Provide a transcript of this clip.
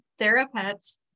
TheraPets